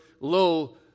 Lo